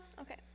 Okay